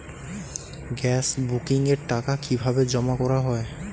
Gas বুকিংয়ের টাকা কিভাবে জমা করা হয়?